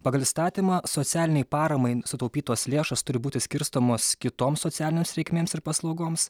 pagal įstatymą socialinei paramai sutaupytos lėšos turi būti skirstomos kitoms socialinėms reikmėms ir paslaugoms